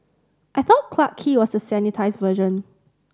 I thought Clarke Quay was the sanitised version